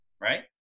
right